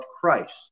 Christ